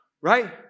Right